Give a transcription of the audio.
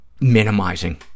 minimizing